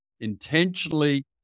intentionally